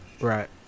Right